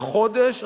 החודש,